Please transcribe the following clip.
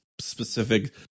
specific